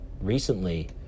recently